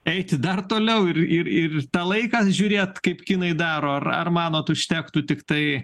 eiti dar toliau ir ir ir tą laikas žiūrėt kaip kinai daro ar ar manot užtektų tiktai